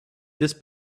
this